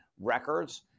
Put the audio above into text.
records